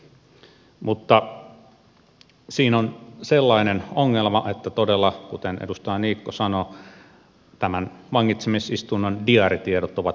mutta siinä on sellainen ongelma että todella kuten edustaja niikko sanoi tämän vangitsemisistunnon diaaritiedot ovat julkisia